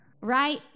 right